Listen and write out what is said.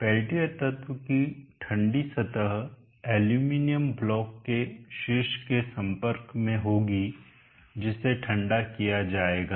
Peltier तत्व की ठंडी सतह एल्यूमीनियम ब्लॉक के शीर्ष के संपर्क में होगी जिसे ठंडा किया जाएगा